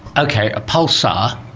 okay, a pulsar,